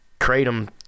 Kratom